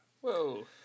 Whoa